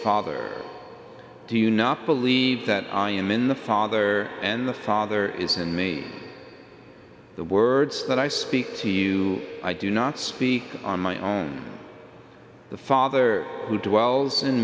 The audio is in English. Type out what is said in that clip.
father do you not believe that i am in the father and the father is in me the words that i speak to you i do not speak on my own the father who dwells